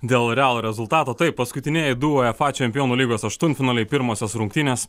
dėl realo rezultato taip paskutinieji du uefa čempionų lygos aštuntfinaliai pirmosios rungtynės